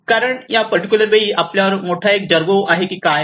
कारण या पर्टिक्युलर वेळी आपल्यावर एक मोठा जरगो आहे की काय